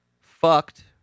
fucked